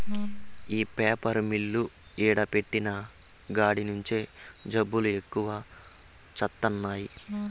ఈ paper mill ఈడ పెట్టిన కాడి నుంచే జబ్బులు ఎక్కువై చత్తన్నాము